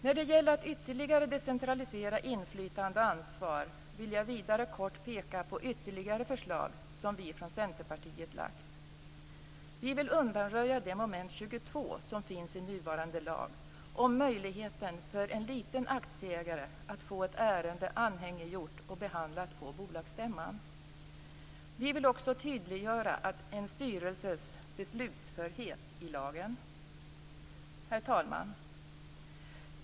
När det gäller att ytterligare decentralisera inflytande och ansvar vill jag vidare kort peka på ytterligare förslag som vi från Centerpartiet lagt. Vi vill undanröja det Moment 22 som finns i nuvarande lag om möjligheten för en liten aktieägare att få ett ärende anhängiggjort och behandlat på bolagsstämman. Vi vill också tydliggöra en styrelses beslutsförhet i lagen. Herr talman!